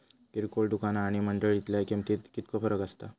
किरकोळ दुकाना आणि मंडळीतल्या किमतीत कितको फरक असता?